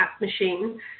machine